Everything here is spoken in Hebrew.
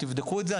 תבדקו את זה,